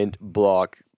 block